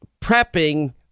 prepping